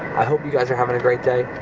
i hope you guys are having a great day.